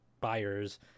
buyers